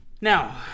Now